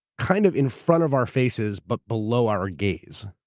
kind of in front of our faces, but below our gaze,